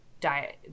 diet